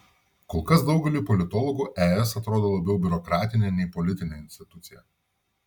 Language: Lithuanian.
kol kas daugeliui politologų es atrodo labiau biurokratinė nei politinė institucija